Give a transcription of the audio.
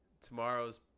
Tomorrow's